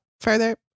further